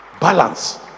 Balance